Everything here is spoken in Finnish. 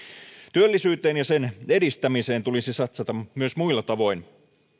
työllisyyteen ja sen edistämiseen tulisi satsata myös muilla tavoin